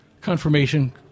Confirmation